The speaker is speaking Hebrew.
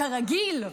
כרגיל,